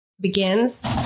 begins